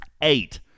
Eight